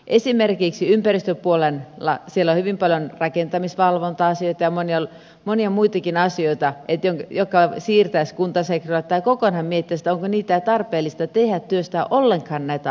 esimerkiksi ympäristöpuolella on hyvin paljon rakentamisvalvonta asioita ja monia muitakin asioita jotka voisi siirtää kuntasektorille tai kokonaan miettiä onko tarpeellista tehdä työstää ollenkaan näitä asioita